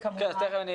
נכון.